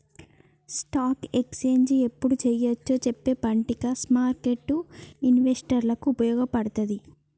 stock exchange యెప్పుడు చెయ్యొచ్చో చెప్పే పట్టిక స్మార్కెట్టు ఇన్వెస్టర్లకి వుపయోగపడతది